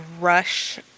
rush